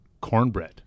Cornbread